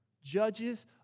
judges